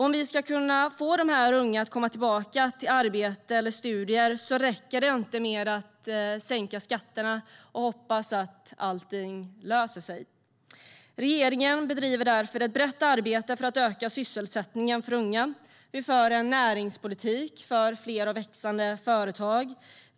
Om vi ska kunna få de här unga att komma tillbaka till arbete eller studier räcker det inte att sänka skatterna och hoppas att allt löser sig. Regeringen bedriver därför ett brett arbete för att öka sysselsättningen för unga. Vi för en näringspolitik för fler och växande företag.